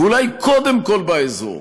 ואולי קודם כול באזור,